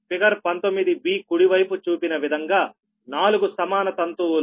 figure 19 B కుడివైపు చూపిన విధంగా 4 సమాన తంతువులు